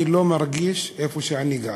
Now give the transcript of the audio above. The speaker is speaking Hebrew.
אני לא מרגיש ביטחון איפה שאני גר,